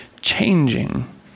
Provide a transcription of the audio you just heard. changing